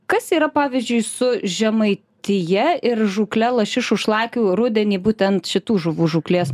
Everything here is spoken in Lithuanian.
kas yra pavyzdžiui su žemaitija ir žūkle lašišų šlakių rudenį būtent šitų žuvų žūklės